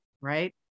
Right